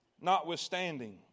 Notwithstanding